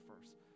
first